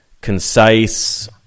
concise